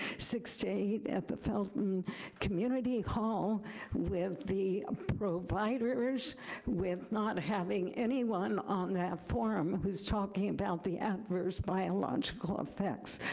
six to eight at the felton community and hall with the ah providers with not having anyone on forum who's talking about the adverse biological effects.